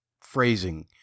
phrasing